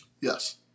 Yes